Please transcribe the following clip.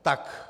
Tak.